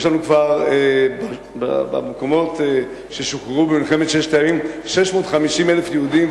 יש לנו כבר במקומות ששוחררו במלחמת ששת הימים 650,000 יהודים,